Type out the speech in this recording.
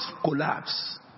collapse